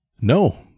No